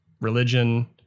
religion